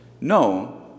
No